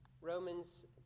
Romans